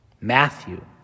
Matthew